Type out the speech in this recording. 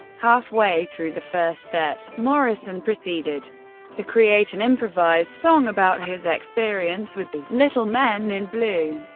halfway through the first set, morrison proceeded to create an improvised song about his experience with the little men in blue.